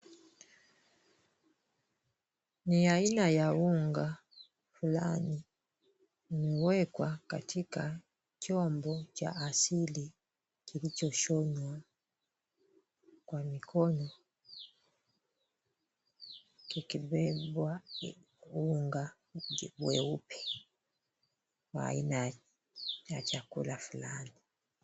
Ni aina ya unga fulani umewekwa katika chombo cha asili kilichoshonwa kwa mikono kikibebwa unga mweupe wa aina ya chakula fulani.